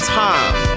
time